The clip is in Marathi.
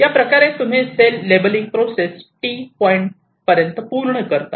याप्रकारे तुम्ही cell labelling process T point पर्यंत पूर्ण करतात